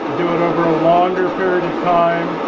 do it over a longer period of time,